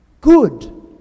Good